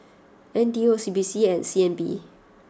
N T U O C B C and C N B